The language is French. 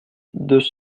deux